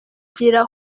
kwigira